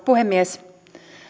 puhemies